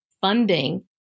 funding